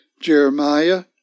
Jeremiah